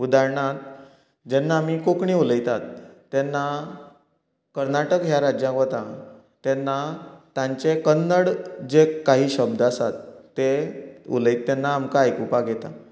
उदारणात जेन्ना आमी कोंकणी उलयतात तेन्ना कर्नाटक ह्या राज्यांत वता तेन्ना तांचें कन्नड जे काही शब्द आसात ते उलयतात तेन्ना आमकां आयकुपाक येता